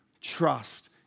trust